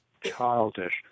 childish